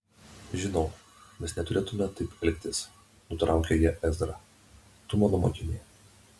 žinau mes neturėtumėme taip elgtis nutraukė ją ezra tu mano mokinė